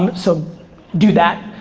so do that.